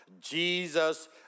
Jesus